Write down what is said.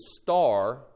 star